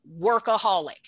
workaholic